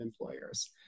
employers